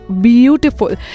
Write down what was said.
beautiful